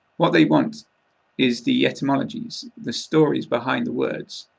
what they want is the etymologies the stories behind the words.